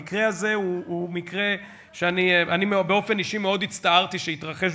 המקרה הזה הוא מקרה שאני באופן אישי מאוד הצטערתי שהתרחש,